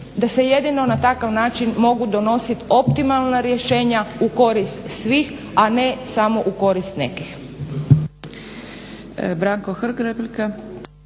da se jedino na takav način mogu donositi optimalna rješenja u korist svih a ne samo u korist nekih.